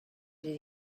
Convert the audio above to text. did